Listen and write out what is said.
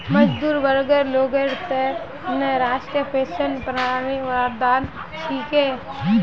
मजदूर वर्गर लोगेर त न राष्ट्रीय पेंशन प्रणाली वरदान छिके